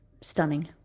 stunning